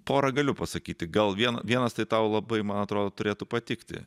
porą galiu pasakyti gal vien vienas tai tau labai man atrodo turėtų patikti